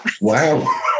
Wow